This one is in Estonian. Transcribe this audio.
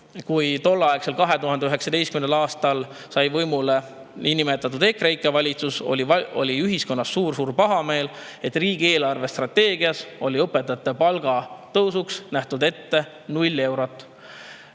kui tollel ajal, 2019. aastal sai võimule niinimetatud EKREIKE valitsus, oli ühiskonnas suur pahameel, et riigi eelarvestrateegias oli õpetajate palga tõusuks nähtud ette 0 eurot.